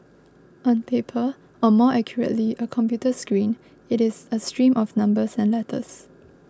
on paper or more accurately a computer screen it is a stream of numbers and letters